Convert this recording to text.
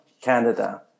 Canada